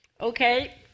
Okay